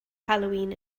halloween